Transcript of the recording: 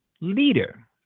leader